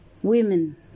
Women